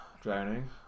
drowning